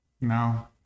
No